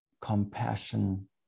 compassion